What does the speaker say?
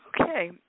Okay